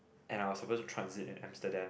and I'll suppose to transit at Amsterdam